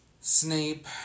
Snape